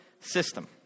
system